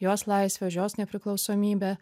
jos laisvę už jos nepriklausomybę